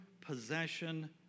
possession